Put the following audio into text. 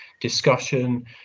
discussion